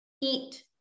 eat